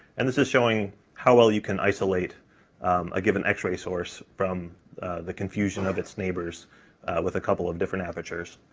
and this is showing how well you can isolate a given x-ray source from the confusion of its neighbors with a couple of different apertures.